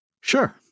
sure